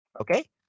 Okay